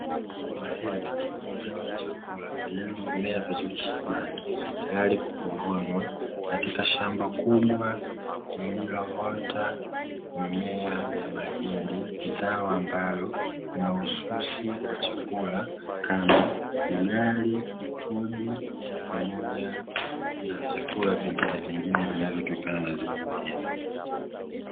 Mahindi, zao la chakula lililo mea vizuri shambani tayari kwa kuvunwa katika shamba kubwa lililoota mimea ya mahindi, zao ambalo ni mahususi kwa chakula kama vile; ugali, uji, pamoja na vyakula vinginevingine vinavotokana na zao hilo.